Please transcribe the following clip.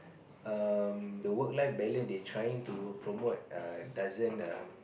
um the work life balance they trying to promote err doesn't um